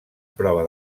prova